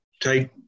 take